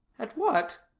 at what?